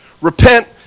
Repent